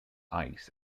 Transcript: ice